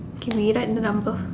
K we write number